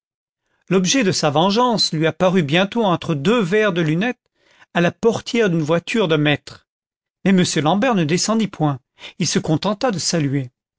l'objet de sa vengeance lui apparut bientôt entre deux verres de lunettes à la portière d'une voiture de maître mais m l'ambert ne descendit point il se contenta de saluer